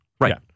right